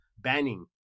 banning